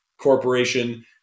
Corporation